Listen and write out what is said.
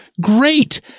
Great